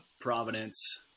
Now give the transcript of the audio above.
Providence